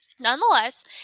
nonetheless